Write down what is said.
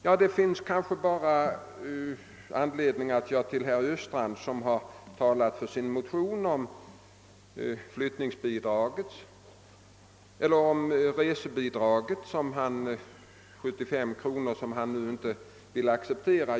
Jag har i övrigt kanske bara anledning att beröra vad herr Östrand sade när han talade för sin motion beträffande resebidraget på 75 kronor, som han inte ville acceptera.